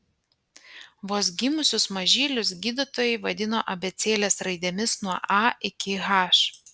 vos gimusius mažylius gydytojai vadino abėcėlės raidėmis nuo a iki h